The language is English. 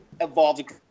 evolved